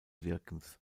wirkens